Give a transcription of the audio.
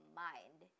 mind